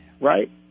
right